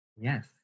Yes